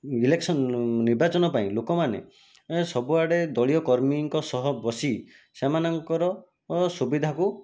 election ନିର୍ବାଚନ ପାଇଁ ଲୋକମାନେ ସବୁଆଡ଼େ ଦଳୀୟକର୍ମୀଙ୍କ ସହ ବସି ସେମାନଙ୍କର ସୁବିଧାକୁ